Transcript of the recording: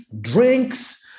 drinks